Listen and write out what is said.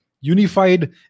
unified